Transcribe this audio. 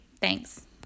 Thanks